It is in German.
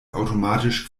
automatisch